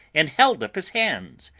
and held up his hands,